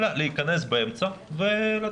אלא להיכנס באמצע ולתת פתרון.